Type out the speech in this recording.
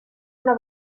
una